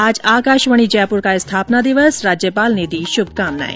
आज आकाशवाणी जयपुर का स्थापना दिवस राज्यपाल ने दी शुभकामनाएं